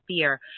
fear